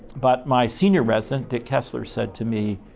but, my senior resident dick kessler, said to me,